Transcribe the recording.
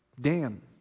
Dan